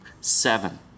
seven